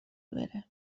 بره